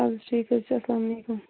اد حظ ٹھیٖک حظ چھُ اسلام علیکُم